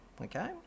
Okay